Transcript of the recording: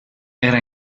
era